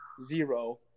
Zero